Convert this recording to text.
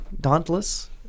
Dauntless